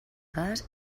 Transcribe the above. gas